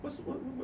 what's what what